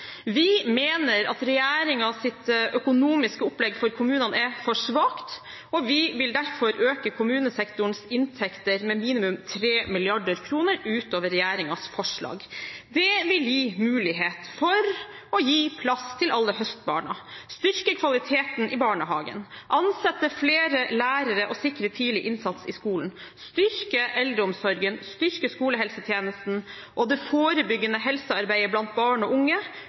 Vi mener at regjeringens økonomiske opplegg for kommunene er for svakt, og vi vil derfor øke kommunesektorens inntekter med minimum 3 mrd. kr utover regjeringens forslag. Det vil gi mulighet for å gi plass til alle høstbarna, styrke kvaliteten i barnehagen, ansette flere lærere og sikre tidlig innsats i skolen, styrke eldreomsorgen, styrke skolehelsetjenesten og det forebyggende helsearbeidet blant barn og unge,